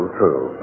true